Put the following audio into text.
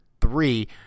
three